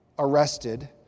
arrested